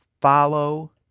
Follow